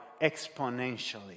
exponentially